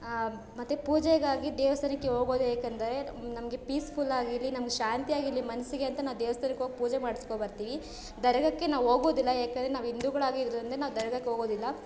ಮತ್ತು ಪೂಜೆಗಾಗಿ ದೇವಸ್ಥಾನಕ್ಕೆ ಹೋಗೋದು ಏಕಂದರೆ ನಮಗೆ ಪೀಸ್ಫುಲ್ಲಾಗಿರಲಿ ನಮಗೆ ಶಾಂತಿಯಾಗಿರಲಿ ಮನಸ್ಸಿಗೆ ಅಂತ ನಾವು ದೇವ್ಸ್ಥಾನಕ್ಕೆ ಹೋಗ್ ಪೂಜೆ ಮಾಡಿಸ್ಕೊ ಬರ್ತೀವಿ ದರಗಾಕ್ಕೆ ನಾವು ಹೋಗೋದಿಲ್ಲ ಏಕಂದರೆ ನಾವು ಹಿಂದೂಗಳಾಗಿರೋದ್ರಿಂದ ನಾವು ದರಗಕ್ಕೆ ಹೋಗೋದಿಲ್ಲ